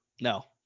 No